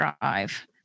drive